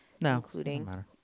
including